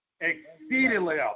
exceedingly